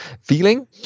feeling